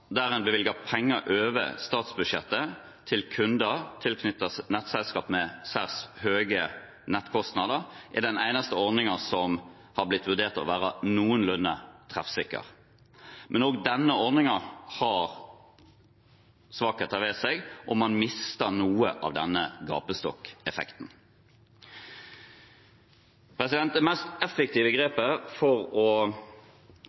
der en bevilger penger over statsbudsjettet til kunder tilknyttet nettselskaper med særs høye nettkostnader, er den eneste ordningen som er blitt vurdert å være noenlunde treffsikker. Men også denne ordningen har svakheter ved seg, og man mister noe av denne gapestokkeffekten. Det mest effektive